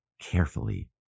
carefully